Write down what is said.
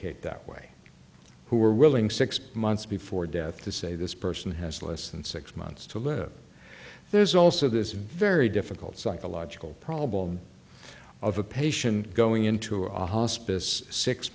way who are willing six months before death to say this person has less than six months to live there's also this very difficult psychological problem of a patient going into a hospice six